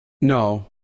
No